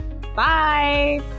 Bye